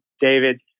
David